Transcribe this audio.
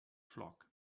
flock